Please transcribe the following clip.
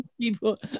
people